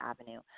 avenue